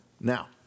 Now